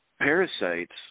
parasites